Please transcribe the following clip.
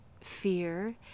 fear